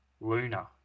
Luna